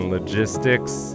Logistics